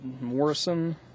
Morrison